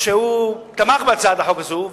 שתמך בהצעת החוק הזאת.